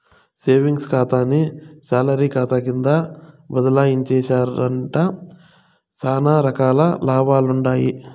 savings కాతాని salary కాతా కింద బదలాయించేశావంటే సానా రకాల లాభాలుండాయి